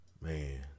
Man